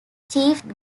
chief